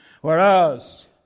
Whereas